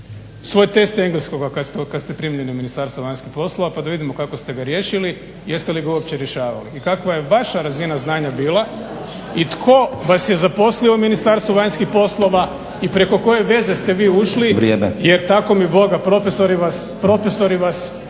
svoj test engleskoga kada ste primljeni u Ministarstvo vanjskih poslova pa da vidimo kako ste ga riješili i jeste li ga uopće rješavali i kakva je vaša razina znanja bila i tko vas je zaposlio u Ministarstvu vanjskih poslova i preko koje veze ste vi ušli … /Upadica: Vrijeme./ … jer tako mi Boga profesori vas